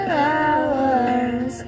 hours